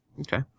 Okay